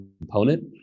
component